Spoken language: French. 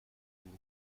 vous